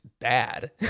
bad